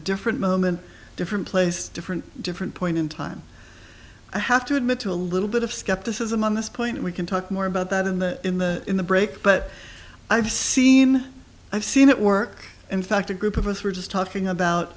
different moment different place different different point in time i have to admit to a little bit of skepticism on this point we can talk more about that in the in the in the break but i've seen i've seen it work in fact a group of us were just talking about